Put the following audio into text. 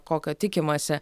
kokio tikimasi